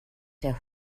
der